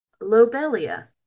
Lobelia